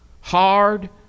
hard